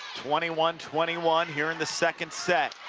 twenty one twenty one here in the second set.